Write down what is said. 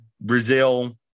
Brazil